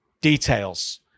Details